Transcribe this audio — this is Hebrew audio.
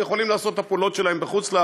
הם יכולים לעשות את הפעולות שלהם בחוץ-לארץ